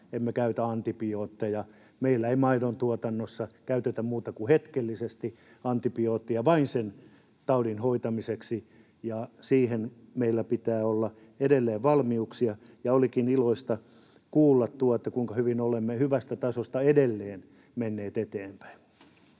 emme käytä antibiootteja. Meillä ei maidontuotannossa käytetä muuten kuin hetkellisesti antibiootteja, vain sen taudin hoitamiseksi, ja siihen meillä pitää olla edelleen valmiuksia. Ja olikin iloista kuulla tuo, kuinka hyvin olemme hyvästä tasosta edelleen menneet eteenpäin.